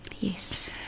Yes